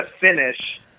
finish